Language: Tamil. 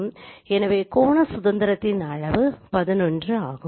எனவே கோண சுதந்திரத்தின் அளவு 11 ஆகும்